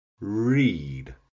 Read